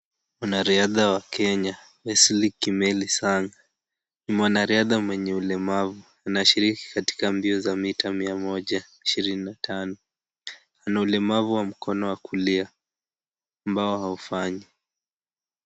Mwanariadha wa Kenya Wesley Kimeli Sang ni mwanariadha mlemavu. Anashiriki katika mbio za mita elfu moja mia mbili na tano. Ana ulemavu wa mkono wa kulia ambao haufanyi.